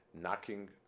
knocking